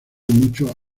mucho